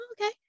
okay